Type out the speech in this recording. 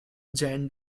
jan